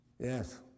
Yes